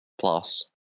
plus